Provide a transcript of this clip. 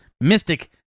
Mystic